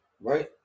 right